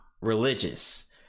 religious